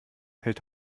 hält